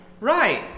Right